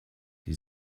die